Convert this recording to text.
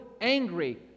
angry